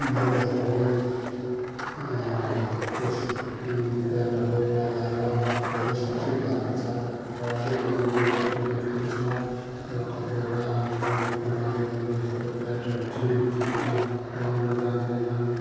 महिलाहरू पनि त्यस प्याडहरू लगाएर धेरै शिक्षित भएको छ र अझै पनि गाउँबस्तीमा यस्तै छ र कतिवटा गाउँबस्तीमा अझै पनि यस्तो प्याडहरू चिनेको छैन लगाउन जान्दैन